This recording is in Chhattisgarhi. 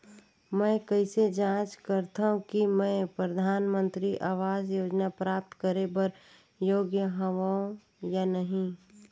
मैं कइसे जांच सकथव कि मैं परधानमंतरी आवास योजना प्राप्त करे बर योग्य हववं या नहीं?